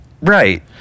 Right